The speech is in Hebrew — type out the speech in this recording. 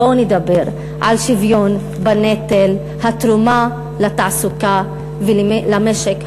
בואו נדבר על שוויון בנטל התרומה לתעסוקה ולמשק התעסוקה.